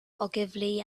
ogilvy